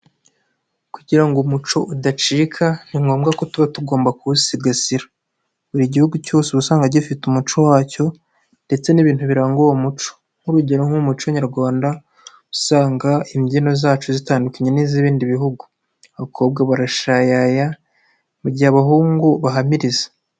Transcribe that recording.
Kugira ngo umuco udacika, ni ngombwa ko tuba tugomba kuwusigasira. Buri gihugu cyose uba usanga gifite umuco wacyo ndetse n'ibintu biranga uwo muco. Nk'urugero nk'umuco nyarwanda, usanga imbyino zacu zitandukanye n'iz'ibindi bihugu. Abakobwa barashayaya, mu gihe abahungu bahamiriza.